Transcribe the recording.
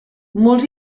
molts